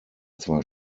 zwar